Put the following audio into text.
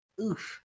Oof